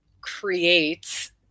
creates